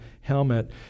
helmet